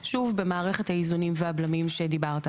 שוב במערכת האיזונים והבלמים שדיברת עליהם,